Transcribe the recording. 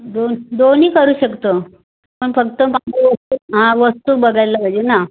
दोन दोन्ही करू शकतो पण फक्त हां वस्तू बघायला पाहिजे ना